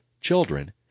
children